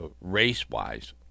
race-wise